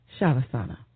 Shavasana